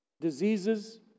diseases